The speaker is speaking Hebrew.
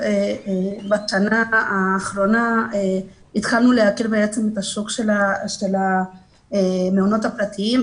מכיוון שבשנה האחרונה התחלנו להכיר את השוק של המעונות הפרטיים.